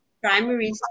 primary